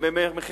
מלחמה בדיור?